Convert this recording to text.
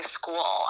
school